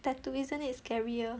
tattoo isn't it scarier